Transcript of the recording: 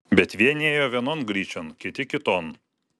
bet vieni ėjo vienon gryčion kiti kiton